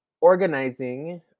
organizing